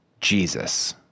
Jesus